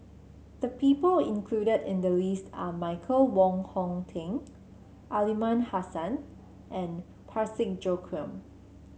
the people included in the list are Michael Wong Hong Teng Aliman Hassan and Parsick Joaquim